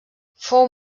fou